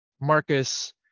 Marcus